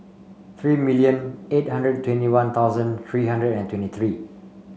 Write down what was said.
three million eight hundred and twenty One Thousand three hundred and twenty three